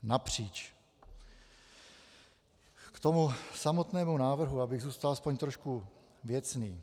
K tomu samotnému návrhu, abych zůstal aspoň trošku věcný.